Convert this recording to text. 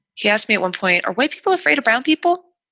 he asked me at one point, are white people afraid of brown people?